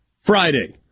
Friday